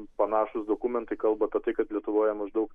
panašūs dokumentai kalba apie tai kad lietuvoje maždaug